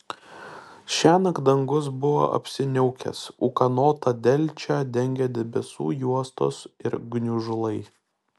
šiąnakt dangus buvo apsiniaukęs ūkanotą delčią dengė debesų juostos ir gniužulai